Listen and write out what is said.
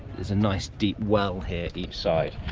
there's a nice deep well here each side,